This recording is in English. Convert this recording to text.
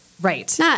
Right